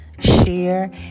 share